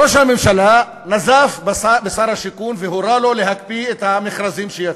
ראש הממשלה נזף בשר השיכון והורה לו להקפיא את המכרזים שיצאו.